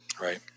Right